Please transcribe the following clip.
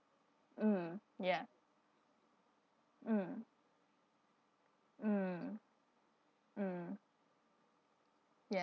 mm ya mm mm mm ya